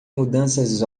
mudanças